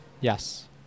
Yes